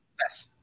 Yes